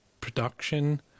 production